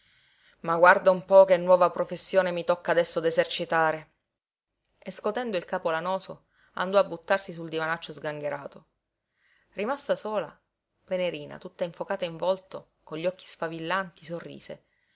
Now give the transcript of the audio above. ma guarda un po che nuova professione mi tocca adesso d'esercitare e scotendo il capo lanoso andò a buttarsi sul divanaccio sgangherato rimasta sola venerina tutta infocata in volto con gli occhi sfavillanti sorrise